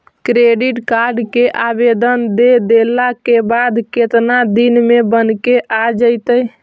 Credit card के आवेदन दे देला के बाद केतना दिन में बनके आ जइतै?